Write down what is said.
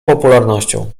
popularnością